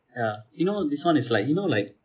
ya you know this one is like you know like